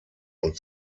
und